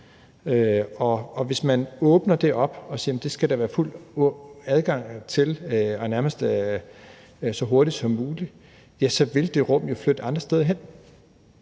hvis man åbner det og siger, at så skal der være fuld adgang til det – og nærmest så hurtigt som muligt – ja, så vil det rum jo flytte andre steder hen.